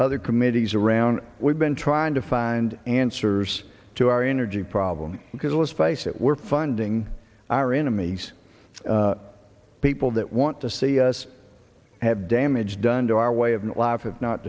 other committees around we've been trying to find answers to our energy problem because let's face it we're funding our enemies it's people that want to see us have damage done to our way of life